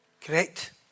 correct